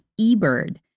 eBird